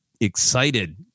excited